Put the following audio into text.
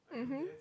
mmhmm